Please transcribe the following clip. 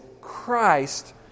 Christ